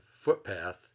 footpath